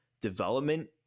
development